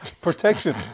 Protection